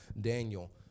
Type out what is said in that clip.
Daniel